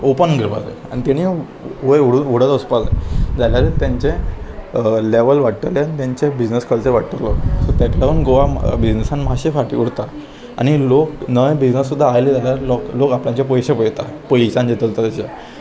open करपाक जाय आनी तेणी वयर उडून उडत वचपाक जाय जाल्यार तेंचे लेवल वाडटलें आनी तेंचे बिजनस खंयचे वाडटलो ताका लागून गोवा बिजनसान मातशें फाटी उरता आनी लोक नवे बिजनस सुद्दां आयले जाल्यार लोक लोक आपल्याचे पयशे पळयता पयलीच्यान येताले तशे